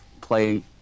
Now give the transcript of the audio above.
play